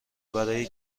برای